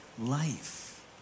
life